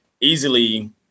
easily